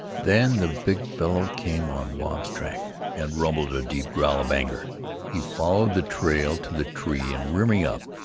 then the big fellow came on wahb's track and rumbled a deep growl of anger he followed the trail to the tree, and rearing up,